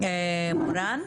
מורן פולמן,